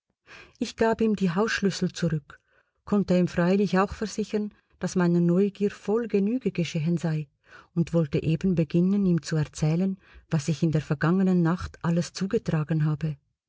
ich gab ihm die hausschlüssel zurück konnte ihm freilich auch versichern daß meiner neugier voll genüge geschehen sei und wollte eben beginnen ihm zu erzählen was sich in der vergangenen nacht alles zugetragen habe